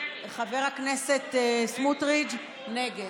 חבר הכנסת סמוטריץ' נגד.